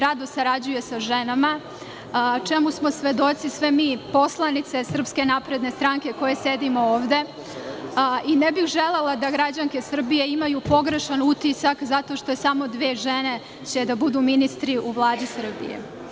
Rado sarađuje sa ženama, čemu smo svedoci sve mi poslanice SNS koje sedimo ovde i ne bih želela da građanke Srbije imaju pogrešan utisak, zato što će samo dve žene biti ministri u Vladi Srbije.